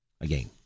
Again